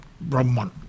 Brahman